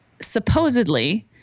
supposedly